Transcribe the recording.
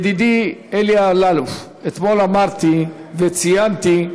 ידידי אלי אלאלוף, אתמול אמרתי וציינתי,